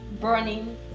burning